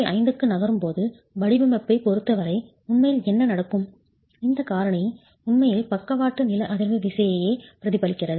5 க்கு நகரும்போது வடிவமைப்பைப் பொருத்தவரை உண்மையில் என்ன நடக்கும் இந்த காரணி உண்மையில் பக்கவாட்டு லேட்ரல் நில அதிர்வு விசையையே பிரதிபலிக்கிறது